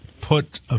put